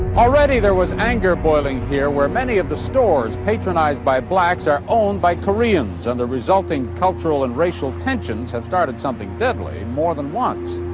already there was anger boiling here where many of the stores patronized by blacks are owned by koreans, and the resulting cultural and racial tensions have started something deadly more than once.